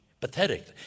pathetic